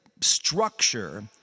structure